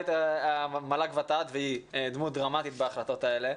כמנכ"לית המל"ג-ות"ת והיא דמות דרמטית בהחלטות האלה.